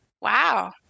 Wow